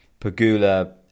Pagula